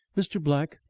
mr. black,